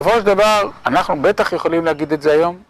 בסופו של דבר, אנחנו בטח יכולים להגיד את זה היום